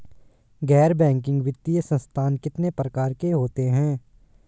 गैर बैंकिंग वित्तीय संस्थान कितने प्रकार के होते हैं?